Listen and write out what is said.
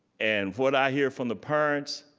and what i hear from the parents,